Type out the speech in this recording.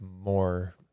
more